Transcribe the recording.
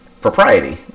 propriety